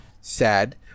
sad